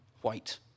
white